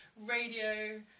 radio